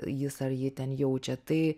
jis ar ji ten jaučia tai